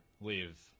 leave